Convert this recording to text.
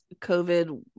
COVID